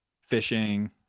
fishing